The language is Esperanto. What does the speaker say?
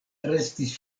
restis